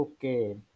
okay